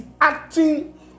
acting